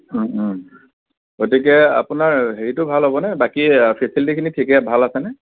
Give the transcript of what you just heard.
গতিকে আপোনাৰ হেৰিটো ভাল হ'বনে বাকী ফেচিলিটীখিনি ঠিকে ভাল আছেনে